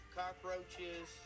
cockroaches